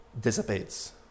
dissipates